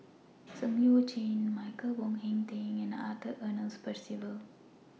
Zeng Shouyin Michael Wong Hong Teng and Arthur Ernest Percival